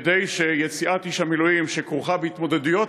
כדי שיציאת איש המילואים שכרוכה בהתמודדויות